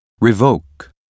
revoke